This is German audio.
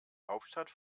hauptstadt